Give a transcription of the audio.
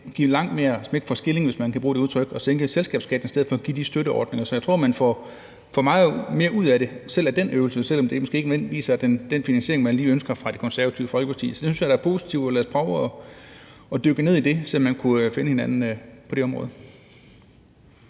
det langt mere smæk for skillingen, hvis man kan bruge det udtryk, at sænke selskabsskatten i stedet for at give de støtteordninger, så jeg tror, man får meget mere ud af det selv med den øvelse, selv om det måske ikke nødvendigvis er lige den finansiering, man ønsker fra Det Konservative Folkepartis side. Jeg synes da, det er positivt, så lad os prøve at dykke ned i det og se, om vi kunne finde hinanden på det område.